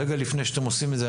רגע לפני שאתם עושים את זה,